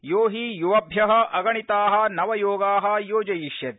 यो हि युवभ्य अगणिता नवयोगा योजयिष्यति